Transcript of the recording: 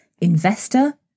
investor